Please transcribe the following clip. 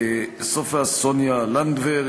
סופיה סוניה לנדבר,